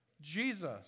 Jesus